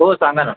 हो सांगा ना